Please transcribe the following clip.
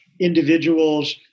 individuals